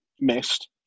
missed